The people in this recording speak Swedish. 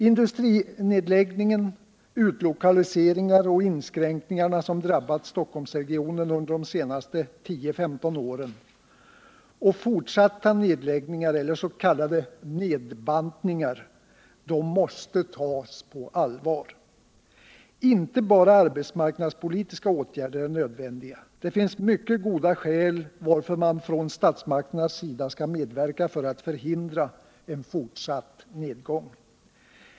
Industrinedläggningarna, utlokaliseringarna och inskränkningarna som drabbat Stockholmsregionen under de senaste 10-15 åren och fortsatta nedläggningar eller s.k. nedbantningar måste tas på allvar. Inte bara arbetsmarknadspolitiska åtgärder är nödvändiga. Det finns mycket goda skäl till att statsmakterna skall medverka till att förhindra en fortsatt nedgång.